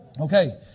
Okay